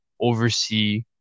oversee